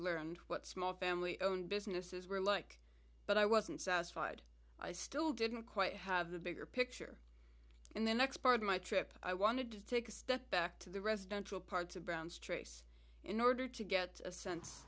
learned what small family owned businesses were like but i wasn't satisfied i still didn't quite have the bigger picture in the next part of my trip i wanted to take a step back to the residential parts of brown's trace in order to get a sense